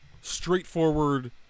straightforward